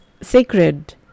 sacred